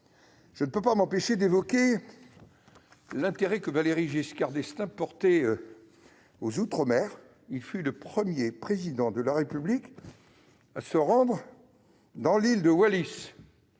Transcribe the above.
je ne peux m'empêcher d'évoquer également l'intérêt que Valéry Giscard d'Estaing portait aux outre-mer. Il fut ainsi le premier Président de la République à se rendre dans l'île de Wallis